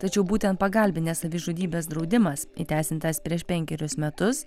tačiau būtent pagalbinės savižudybės draudimas įteisintas prieš penkerius metus